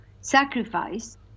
sacrifice